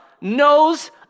knows